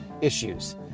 issues